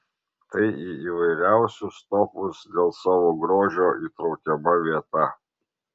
tai į įvairiausius topus dėl savo grožio įtraukiama vieta